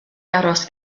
aros